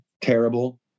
terrible